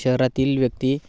शहरातील व्यक्ती